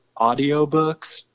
audiobooks